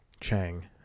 Chang